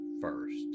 first